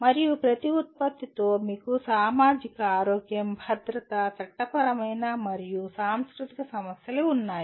మరియు ప్రతి ఉత్పత్తితో మీకు సామాజిక ఆరోగ్యం భద్రత చట్టపరమైన మరియు సాంస్కృతిక సమస్యలు ఉన్నాయి